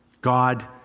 God